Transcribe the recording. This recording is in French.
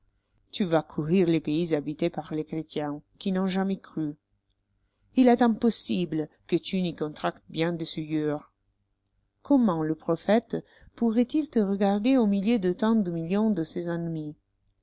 tu vas parcourir les pays habités par les chrétiens qui n'ont jamais cru il est impossible que tu n'y contractes bien des souillures comment le prophète pourroit il te regarder au milieu de tant de millions de ses ennemis